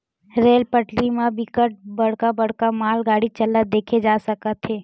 rail पटरी म बिकट बड़का बड़का मालगाड़ी चलत देखे जा सकत हे